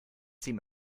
seem